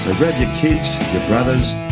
your kids, your brothers,